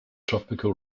tropical